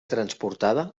transportada